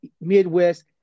midwest